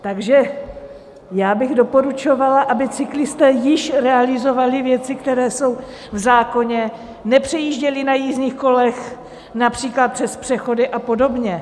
Takže já bych doporučovala, aby cyklisté již realizovali věci, které jsou v zákoně, nepřejížděli na jízdních kolech například přes přechody a podobně.